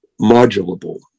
modulable